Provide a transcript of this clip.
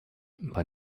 bei